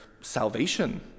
salvation